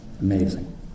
amazing